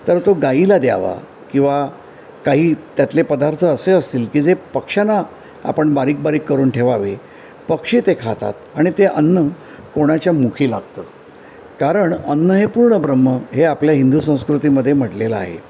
तर तर तो गाईला द्यावा किंवा काही त्यातले पदार्थ असे असतील की जे पक्षांना आपण बारीक बारीक करून ठेवावे पक्षी ते खातात आणि ते अन्न कोणाच्या मुखी लागतं कारण अन्न हे पूर्ण ब्रह्म हे आपल्या हिंदू संस्कृतीमध्ये म्हटलेलं आहे